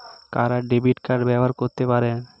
কারা debit card ব্যবহার করতে পারেন?